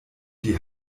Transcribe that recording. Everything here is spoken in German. die